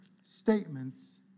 statements